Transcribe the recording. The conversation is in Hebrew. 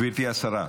גברתי השרה.